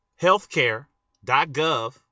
healthcare.gov